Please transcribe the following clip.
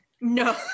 No